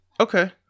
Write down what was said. Okay